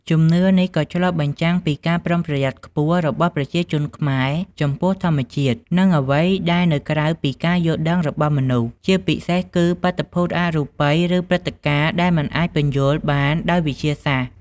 ជំនឿនេះក៏ឆ្លុះបញ្ចាំងពីការប្រុងប្រយ័ត្នខ្ពស់របស់ប្រជាជនខ្មែរចំពោះធម្មជាតិ និងអ្វីដែលនៅក្រៅពីការយល់ដឹងរបស់មនុស្ស ជាពិសេសគឺ បាតុភូតអរូបី ឬព្រឹត្តិការណ៍ដែលមិនអាចពន្យល់បានដោយវិទ្យាសាស្ត្រ។